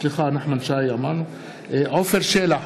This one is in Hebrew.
עפר שלח,